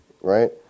right